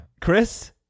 Chris